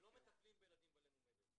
הם לא מטפלים בילדים בעלי מומי לב.